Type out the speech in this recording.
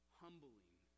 humbling